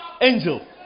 Angel